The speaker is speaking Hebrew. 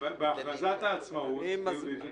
אבל בהכרזת העצמאות כתוב יהודית ודמוקרטית.